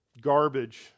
garbage